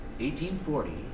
1840